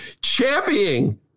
championing